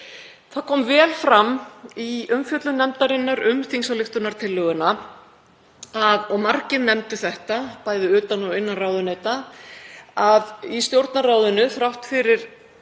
Það kom vel fram í umfjöllun nefndarinnar um þingsályktunartillöguna, og margir nefndu þetta, bæði utan og innan ráðuneyta, að í Stjórnarráðinu, þrátt fyrir